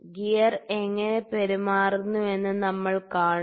gear എങ്ങനെ പെരുമാറുന്നു എന്ന് നമ്മൾ കാണും